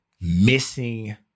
missing